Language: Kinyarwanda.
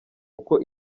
uko